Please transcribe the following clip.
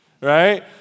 right